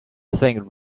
think